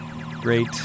Great